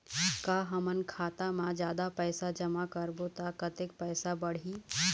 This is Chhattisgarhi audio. का हमन खाता मा जादा पैसा जमा करबो ता कतेक पैसा बढ़ही?